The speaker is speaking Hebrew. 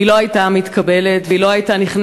היא לא הייתה מתקבלת,